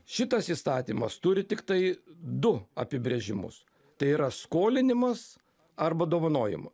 šitas įstatymas turi tiktai du apibrėžimus tai yra skolinimas arba dovanojimo